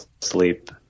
sleep